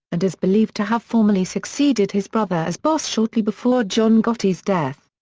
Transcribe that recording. and is believed to have formally succeeded his brother as boss shortly before john gotti's death.